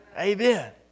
Amen